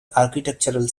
architectural